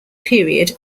period